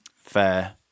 fair